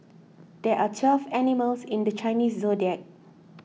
there are twelve animals in the Chinese zodiac